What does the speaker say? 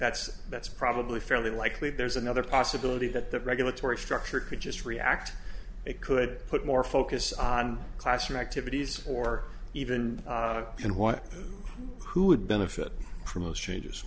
that's that's probably fairly likely there's another possibility that the regulatory structure could just react it could put more focus on classroom activities or even in what who would benefit from those